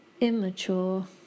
immature